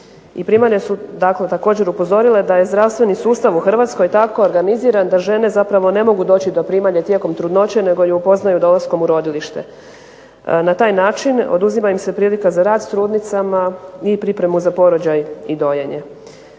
primalje su dakle također upozorile da je zdravstveni sustav u Hrvatskoj tako organiziran da žene zapravo ne mogu doći do primalje tijekom trudnoće neko je upoznaju dolaskom u rodilište. Na taj način oduzima im se prilika za rad s trudnicama i pripremu za porođaj i dojenje.